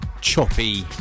choppy